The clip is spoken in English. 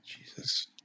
Jesus